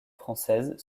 française